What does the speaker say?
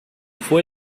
fue